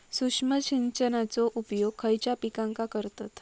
सूक्ष्म सिंचनाचो उपयोग खयच्या पिकांका करतत?